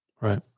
right